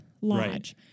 lodge